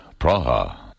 Praha